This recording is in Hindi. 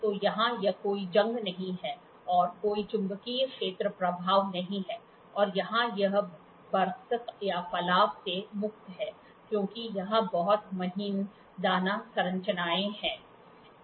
तो यहाँ यह कोई जंग नहीं है और कोई चुंबकीय क्षेत्र प्रभाव नहीं है और यहाँ यह बर्रस या फलाव से मुक्त है क्योंकि यहां बहुत महीन दाना संरचनाएं हैं